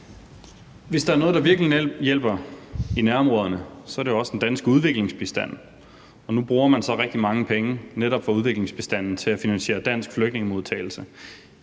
Hvis der er noget, der virkelig hjælper i nærområderne, er det jo også den danske udviklingsbistand, og nu bruger man så rigtig mange penge netop fra udviklingsbistanden til at finansiere dansk flygtningemodtagelse.